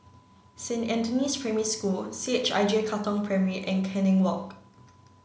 Saint Anthony's Primary School C H I J Katong Primary and Canning Walk